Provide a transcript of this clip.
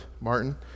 Martin